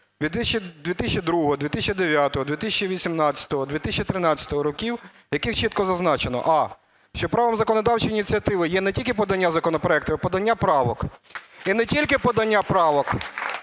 Суду 2002, 2009, 2018, 2013-го років, в яких чітко зазначено: а) що правом законодавчої ініціативи є не тільки подання законопроекту, а і подання правок. І не тільки подання правок,